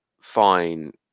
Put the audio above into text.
fine